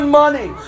money